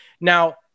Now